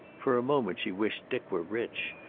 for a moment she wished dick were rich.